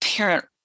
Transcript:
Parent